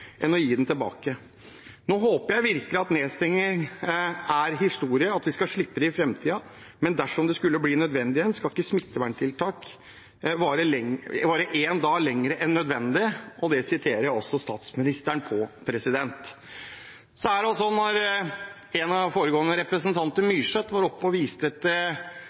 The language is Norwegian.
enn å gi den tilbake. Nå håper jeg virkelig at nedstenging er historie, at vi skal slippe det i framtiden, men dersom det skulle bli nødvendig igjen, skal ikke smitteverntiltak vare én dag lenger enn nødvendig – og det siterer jeg også statsministeren på. En av de foregående talerne, representanten Myrseth, var oppe og viste